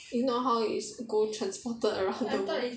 if not how is gold transported around the